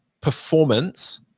performance